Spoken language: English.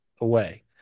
away